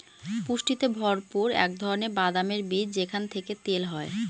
পুষ্টিতে ভরপুর এক ধরনের বাদামের বীজ যেখান থেকে তেল হয়